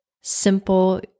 simple